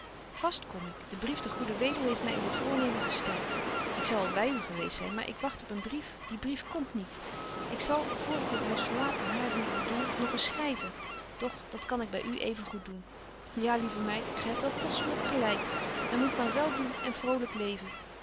vast kom ik de brief der goede weduwe heeft my in dit voornemen gesterkt ik zou al by u geweest zyn maar ik wagt op een brief die brief komt niet ik zal voor ik dit huis verlaat aan haar die ik bedoel nog eens schryven doch dat kan ik by u even goed doen ja lieve meid gy hebt wel kostelyk gelyk men moet maar wel doen en vrolyk leven